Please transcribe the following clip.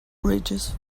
bridges